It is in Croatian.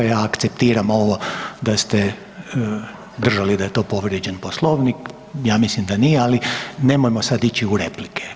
Ja akceptiram ovo da ste držali da je to povrijeđen poslovnik, ja mislim da nije, ali nemojmo sad ići u replike.